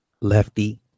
Lefty